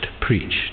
preached